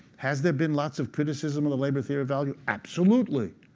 has there been lots of criticism of the labor theory of value? absolutely.